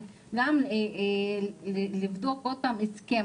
אבל גם צריך לבדוק עוד פעם את הסכם